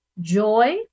joy